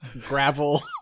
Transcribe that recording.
gravel